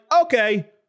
okay